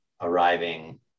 arriving